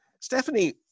Stephanie